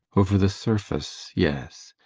over the surface, yes.